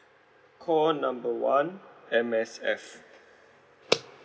call number one M_S_F